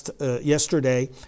yesterday